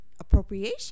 appropriation